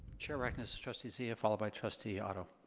chair recognizes trustee zia followed by trustee otto.